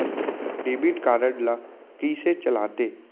Debit card ला कइसे चलाते?